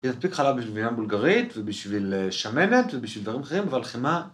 יש מספיק חלב בשביל גבינה בולגרית, ובשביל שמנת, ובשביל דברים אחרים, אבל חמאה...